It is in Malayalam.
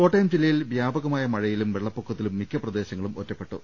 കോട്ടയം ജില്ലയിൽ വ്യാപകമായ മഴയിലും വെള്ളപ്പൊ ക്കത്തിലും മിക്ക പ്രദേശങ്ങളും ഒറ്റപ്പെട്ടു